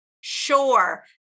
Sure